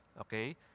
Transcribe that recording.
okay